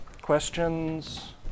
questions